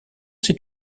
sais